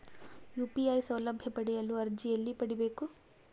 UPI ಸೌಲಭ್ಯ ಪಡೆಯಲು ಅರ್ಜಿ ಎಲ್ಲಿ ಪಡಿಬೇಕು?